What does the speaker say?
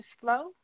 Flow